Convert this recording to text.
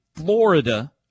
Florida